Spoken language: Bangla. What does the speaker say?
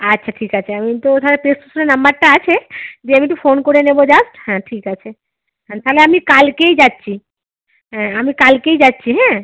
আচ্ছা ঠিক আছে আমি তো বোধহয় প্রেসক্রিপশানে নম্বরটা আছে দিয়ে আমি একটু ফোন করে নেব জাস্ট হ্যাঁ ঠিক আছে হ্যাঁ তাহলে আমি কালকেই যাচ্ছি হ্যাঁ আমি কালকেই যাচ্ছি হ্যাঁ